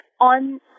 On